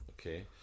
okay